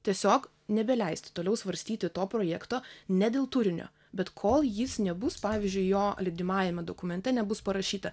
tiesiog nebeleisti toliau svarstyti to projekto ne dėl turinio bet kol jis nebus pavyzdžiui jo lydimajame dokumente nebus parašyta